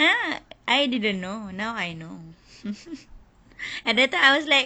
ya I didn't know now I know at that time I was like